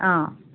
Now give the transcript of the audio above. অ